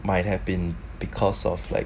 might have been because of like